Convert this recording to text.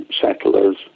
settlers